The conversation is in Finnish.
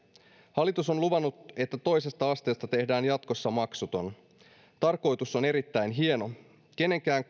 hallitus on luvannut että toisesta asteesta tehdään jatkossa maksuton tarkoitus on erittäin hieno kenenkään